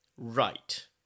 right